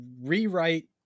rewrite